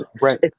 right